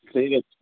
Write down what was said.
ଠିକ୍ ଅଛି